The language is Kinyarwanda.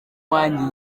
wanjye